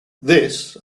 this